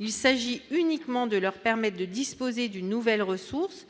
il s'agit uniquement de leur permettent de disposer d'une nouvelle ressource